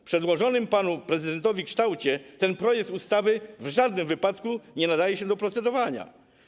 W przedłożonym panu prezydentowi kształcie ten projekt ustawy w żadnym wypadku nie nadaje się do procedowania.